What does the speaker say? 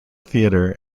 theatre